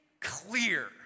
clear